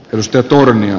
rystöturmia